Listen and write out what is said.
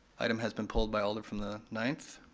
item has been pulled by alder from the ninth.